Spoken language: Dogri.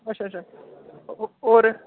अच्छा अच्छा होर